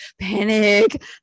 panic